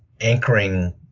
anchoring